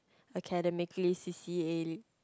academically c_c_a